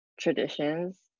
traditions